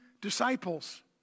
disciples